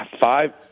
Five –